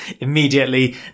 immediately